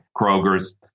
Kroger's